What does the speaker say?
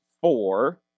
four